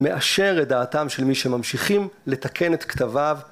מאשר את דעתם של מי שממשיכים לתקן את כתביו